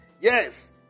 Yes